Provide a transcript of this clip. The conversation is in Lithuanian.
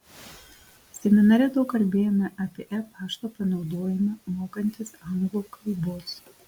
seminare daug kalbėjome apie e pašto panaudojimą mokantis anglų kalbos